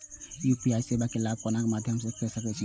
UPI सेवा के लाभ कोन मध्यम से ले सके छी?